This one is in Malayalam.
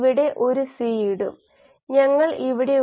S naught നിരക്ക് CD എന്നിവ അറിയുന്നതിലൂടെ നമുക്ക് ഇത് പറയാം